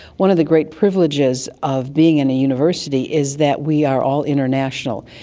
one of the great privileges of being in a university is that we are all international.